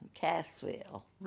Cassville